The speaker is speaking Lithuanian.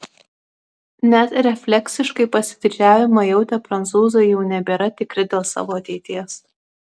net refleksiškai pasididžiavimą jautę prancūzai jau nebėra tikri dėl savo ateities